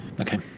Okay